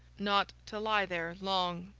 not to lie there, long.